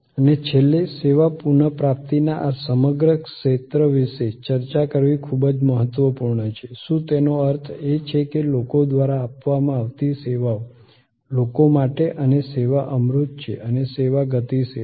અને છેલ્લે સેવા પુનઃપ્રાપ્તિના આ સમગ્ર ક્ષેત્ર વિશે ચર્ચા કરવી ખૂબ જ મહત્વપૂર્ણ છે શું તેનો અર્થ એ છે કે લોકો દ્વારા આપવામાં આવતી સેવાઓ લોકો માટે અને સેવા અમૂર્ત છે અને સેવા ગતિશીલ છે